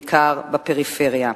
בעיקר בפריפריה.